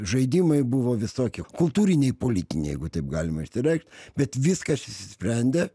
žaidimai buvo visokie kultūriniai politiniai jeigu taip galima išreikšt bet viskas išsisprendė